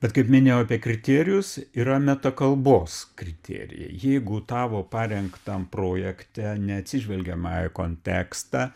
bet kaip minėjau apie kriterijus yra metakalbos kriterijai jeigu tavo parengtam projekte neatsižvelgiama į kontekstą